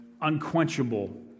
unquenchable